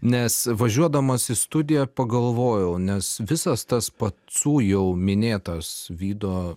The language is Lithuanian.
nes važiuodamas į studiją pagalvojau nes visas tas pacų jau minėtas vydo